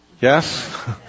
yes